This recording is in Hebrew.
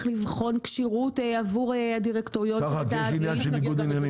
לבחון כשירות עבור הדירקטוריון למעבר?